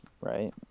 right